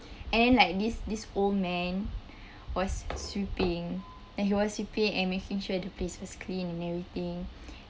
and then like this this old man was sweeping and he was sweeping and making sure the place is clean and everything